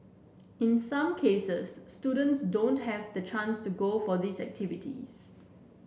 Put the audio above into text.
in some cases students don't have the chance to go for these activities